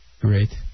Great